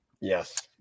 Yes